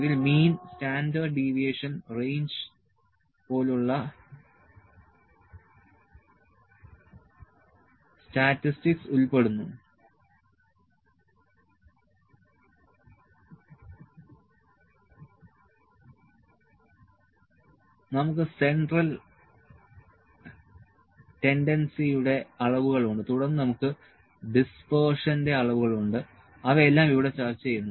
ഇതിൽ mean standard deviation range പോലുള്ള statistics ഉൾപ്പെടുന്നു നമുക്ക് സെൻട്രൽ ടെന്ഡന്സിയുടെ അളവുകൾ ഉണ്ട് തുടർന്ന് നമുക്ക് ഡിസ്പെര്ഷന്റെ അളവുകൾ ഉണ്ട് അവയെല്ലാം ഇവിടെ ചർച്ചചെയ്യുന്നു